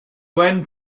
went